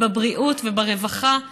ובבריאות וברווחה.